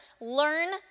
learn